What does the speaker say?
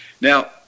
Now